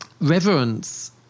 reverence